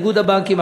איגוד הבנקים,